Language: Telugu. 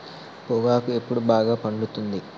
పొగాకు ఎప్పుడు బాగా పండుతుంది?